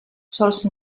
sols